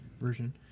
version